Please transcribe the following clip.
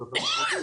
אז אתה מתרגז.